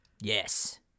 Yes